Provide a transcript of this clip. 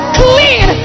clean